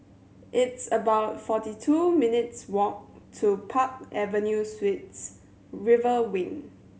it's about forty two minutes' walk to Park Avenue Suites River Wing